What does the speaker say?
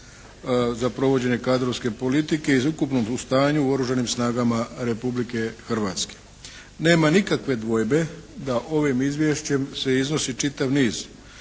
za provođenje kadrovske politike iz ukupnog, o stanju u Oružanim snagama Republike Hrvatske. Nema nikakve dvojbe da ovim izvješćem se iznosi čitav niz